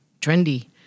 trendy